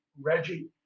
Reggie